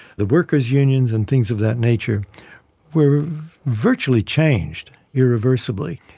the workers' unions and things of that nature were virtually changed irreversibly.